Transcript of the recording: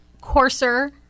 coarser